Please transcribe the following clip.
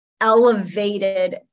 elevated